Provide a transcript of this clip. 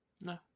no